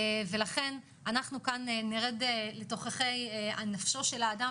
ולכן אנחנו כאן נרד לתוככי נפשו של האדם